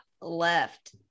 left